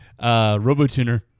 Robotuner